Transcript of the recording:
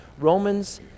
Romans